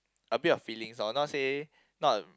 a bit of feelings loh not say not